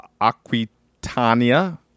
Aquitania